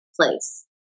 place